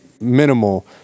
minimal